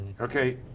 Okay